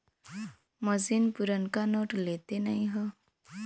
मसीन पुरनका नोट लेत नाहीं हौ